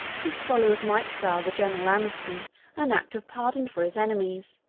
his followers might style the general amnesty an act of pardon for his enemies,